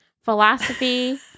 philosophy